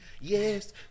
Yes